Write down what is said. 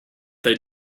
they